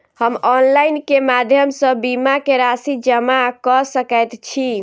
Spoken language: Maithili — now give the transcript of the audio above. हम ऑनलाइन केँ माध्यम सँ बीमा केँ राशि जमा कऽ सकैत छी?